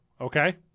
Okay